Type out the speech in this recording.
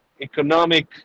economic